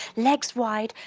legs wide,